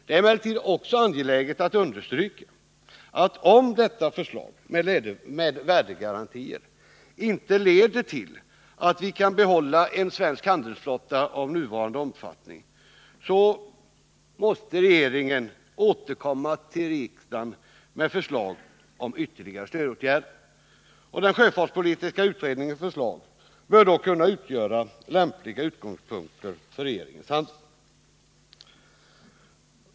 Det är emellertid också angeläget att understryka att om värdegarantiförslaget inte leder till att vi kan behålla en svensk handelsflotta av nuvarande omfattning, måste regeringen återkomma till riksdagen med förslag om ytterligare stödåtgärder. Den sjöfartspolitiska utredningens förslag bör då kunna utgöra lämplig utgångspunkt för regeringens handlande.